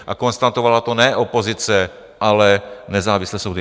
A konstatovala to ne opozice, ale nezávislé soudy.